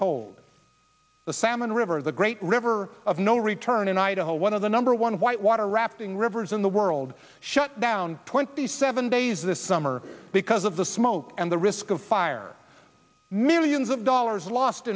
told the salmon river the great river of no return in idaho one of the number one white water rafting rivers in the world shut down twenty seven days this summer because of the smoke and the risk of fire millions of dollars lost